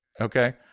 okay